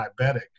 diabetic